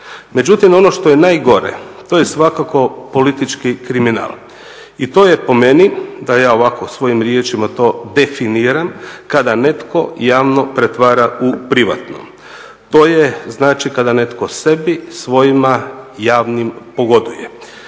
Međutim, ono što je najgore to je svakako politički kriminal i to je po meni, da ja ovako svojim riječima to definiram, kada netko javno pretvara u privatno. To je znači kada netko sebi, svojima javnim pogoduje.